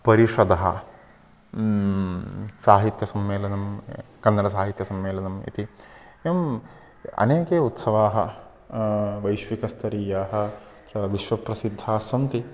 परिषदः साहित्यसम्मेलनं कन्नडसाहित्यसम्मेलनम् इति एवम् अनेके उत्सवाः वैश्विकस्तरीयाः विश्वप्रसिद्धाः सन्ति